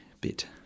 bit